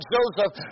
Joseph